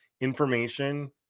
Information